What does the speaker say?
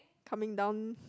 coming down